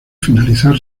finalizar